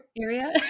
area